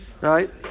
Right